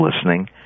listening